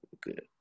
good